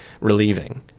relieving